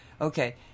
Okay